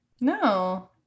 no